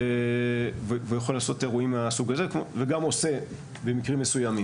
והוא יכול לעשות אירועים מהסוג הזה וגם עושה במקרים מסוים.